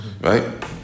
Right